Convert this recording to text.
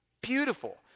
beautiful